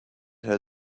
her